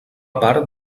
part